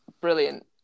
brilliant